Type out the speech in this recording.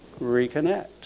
reconnect